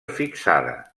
fixada